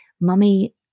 mummy